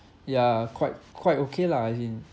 ya quite quite okay lah as in